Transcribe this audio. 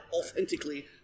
authentically